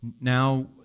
Now